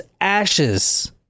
ashes